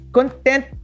Content